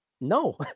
No